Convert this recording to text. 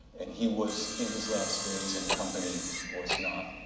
and he was in his last days. and company was not